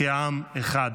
כעם אחד.